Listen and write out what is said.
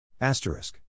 Asterisk